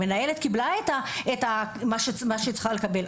המנהלת קיבלה את מה שהיא צריכה לקבל.